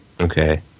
Okay